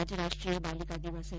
आज राष्ट्रीय बालिका दिवस है